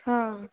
હા